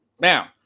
Now